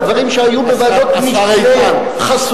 על דברים שהיו בוועדות משנה חסויות.